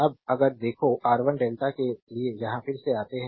अब अगर देखो R1 डेल्टा के लिए यहां फिर से आते हैं